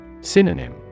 Synonym